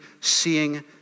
Seeing